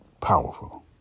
powerful